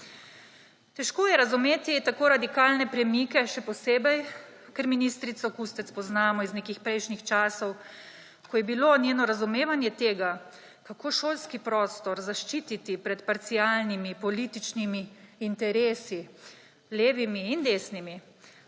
Težko je razumeti tako radikalne premike, še posebej, ker ministrico Kustec poznamo iz nekih prejšnjih časov, ko je bilo njeno razumevanje tega, kako šolski prostor zaščititi pred parcialnimi političnimi interesi, levimi in desnimi,